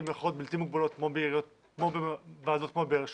במירכאות בלתי מוגבלות, בוועדות כמו באר שבע,